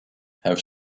have